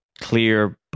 clear